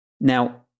Now